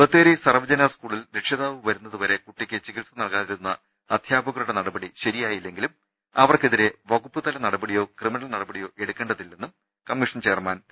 ബത്തേരി സർവജന സ്കൂളിൽ രക്ഷിതാവ് വരുന്നതുവരെ കുട്ടിക്ക് ചികിത്സ നൽകാ തിരുന്ന അധ്യാപകരുടെ നടപടി ശരിയായില്ലെങ്കിലും അവർക്കെതിരേ വകുപ്പുതല നടപടിയോ ക്രിമിനൽ നടപടിയോ എടുക്കേണ്ടതില്ലെന്നും കമ്മിഷൻ ചെയർമാൻ പി